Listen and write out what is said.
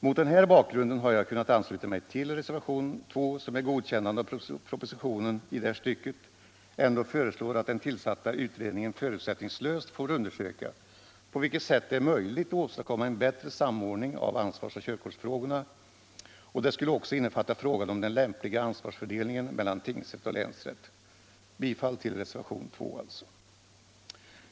Mot denna bakgrund har jag kunnat ansluta mig till reservation 2, som med godkännande av propositionen i det här stycket ändå föreslår att den tillsatta utredningen förutsättningslöst får undersöka på vilket sätt det är möjligt att åstadkomma en bättre samordning av ansvarsoch körkortsfrågorna, och det skulle också innefatta frågan om den lämpliga ansvarsfördelningen mellan tingsrätt och länsrätt. Bifall till reservation 2 alltså.